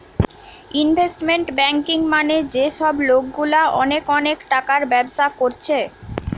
investment banking মানে যে সব লোকগুলা অনেক অনেক টাকার ব্যবসা কোরছে